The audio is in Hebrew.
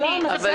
יש נכונות.